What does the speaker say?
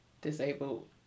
disabled